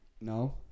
No